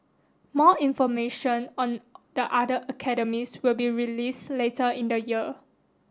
more information on the other academies will be released later in the year